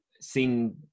seen